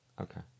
Okay